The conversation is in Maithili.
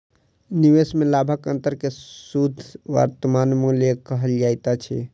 निवेश में लाभक अंतर के शुद्ध वर्तमान मूल्य कहल जाइत अछि